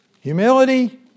humility